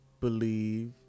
believe